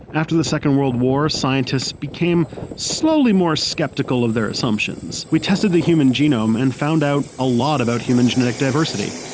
after the second world war, scientists became slowly more sceptical of their assumptions. we tested the human genome and found out a lot about human genetic diversity,